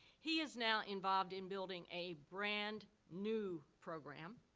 he is now involved in building a brand new program,